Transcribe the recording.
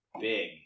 big